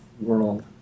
world